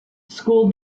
school